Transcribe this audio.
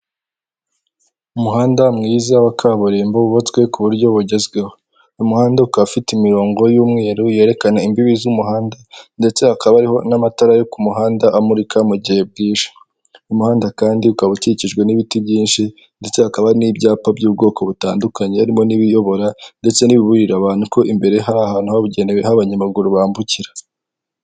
Umuhanda mwiza wa kaburimbo wubatswe ku buryo bugezweho. Uyu muhanda ukaba ufite imirongo y'umweru yerekana imbibi z'umuhanda ndetse hakaba hariho n'amatara yo ku muhanda amurika mu gihe bwije. Uyu muhanda kandi ukaba ukikijwe n'ibiti byinshi ndetse hakaba n'ibyapa by'ubwoko butandukanye harimo n'ibiyobora ndetse n'ibiburira abantu ko imbere hari ahantu habugeneweho abanyamaguru bambukira.